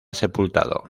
sepultado